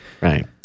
Right